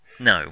No